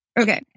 okay